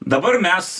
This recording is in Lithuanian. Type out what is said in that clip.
dabar mes